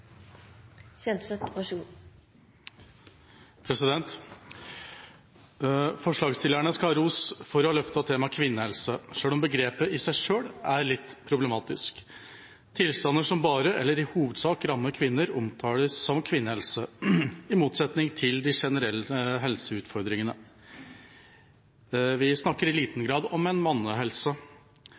Forslagsstillerne skal ha ros for å ha løftet temaet «kvinnehelse», selv om begrepet i seg selv er litt problematisk. Tilstander som bare eller i hovedsak rammer kvinner, omtales som kvinnehelse, i motsetning til de generelle helseutfordringene. Vi snakker i liten grad om en mannehelse.